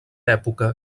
època